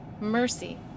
Mercy